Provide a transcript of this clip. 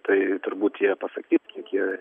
tai turbūt jie pasakys kiek jie